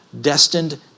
destined